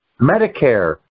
Medicare